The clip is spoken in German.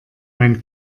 mein